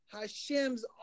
Hashem's